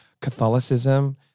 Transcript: Catholicism